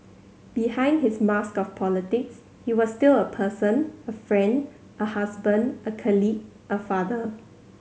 behind his mask of politics he was still a person a friend a husband a colleague a father